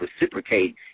reciprocate